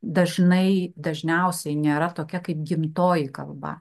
dažnai dažniausiai nėra tokia kaip gimtoji kalba